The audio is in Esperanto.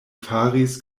faris